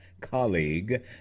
colleague